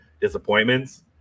disappointments